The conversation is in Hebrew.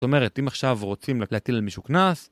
זאת אומרת, אם עכשיו רוצים להטיל על מישהו קנס...